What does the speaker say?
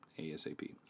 ASAP